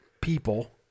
people